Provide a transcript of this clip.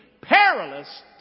Perilous